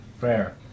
Fair